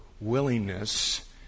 willingness